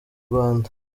rwanda